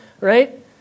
Right